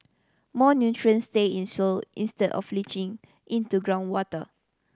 more nutrients stay in soil instead of leaching into groundwater